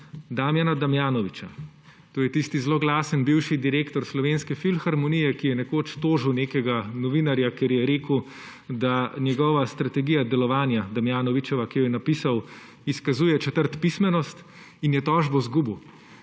Damjana Damjanoviča. To je tisti zloglasni bivši direktor Slovenske filharmonije, ki je nekoč tožil nekega novinarja, ker je rekel, da njegova strategija delovanja, Damjanovičeva, ki jo je napisal, izkazuje četrtpismenost, in je tožbo izgubil.